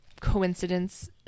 coincidence